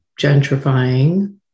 gentrifying